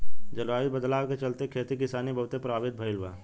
जलवायु बदलाव के चलते, खेती किसानी बहुते प्रभावित भईल बा